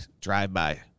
drive-by